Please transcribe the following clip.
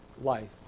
Life